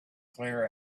clear